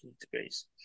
degrees